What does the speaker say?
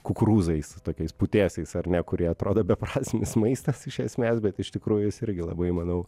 kukurūzais tokiais putėsiais ar ne kurie atrodo beprasmis maistas iš esmės bet iš tikrųjų jis irgi labai manau